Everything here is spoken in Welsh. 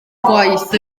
gwaith